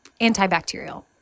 antibacterial